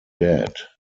dead